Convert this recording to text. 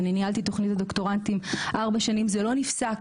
אני ניהלתי תוכנית לדוקטורנטים כארבע שנים וזה לא נפסק,